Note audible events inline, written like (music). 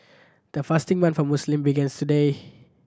the fasting month for Muslim began (unintelligible) today